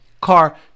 car